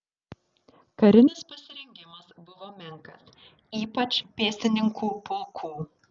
karinis pasirengimas buvo menkas ypač pėstininkų pulkų